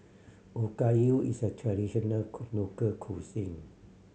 okayu is a traditional local cuisine